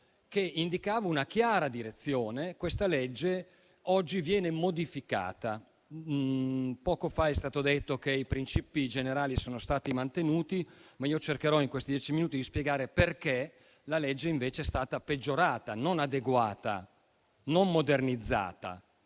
che indicava una chiara direzione. Questa legge oggi viene modificata. Poco fa è stato detto che i principi generali sono stati mantenuti, ma io cercherò di spiegare perché la legge invece è stata peggiorata, non adeguata, non modernizzata.